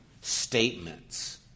statements